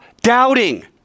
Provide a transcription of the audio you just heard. doubting